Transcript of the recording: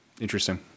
Interesting